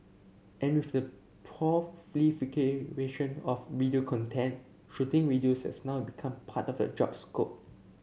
and with the of video content shooting videos has now become part of the job scope